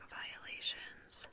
violations